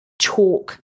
chalk